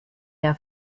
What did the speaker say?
der